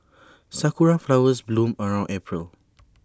Sakura Flowers bloom around April